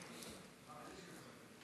מה?